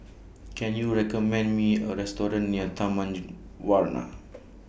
Can YOU recommend Me A Restaurant near Taman Warna